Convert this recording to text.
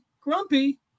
grumpy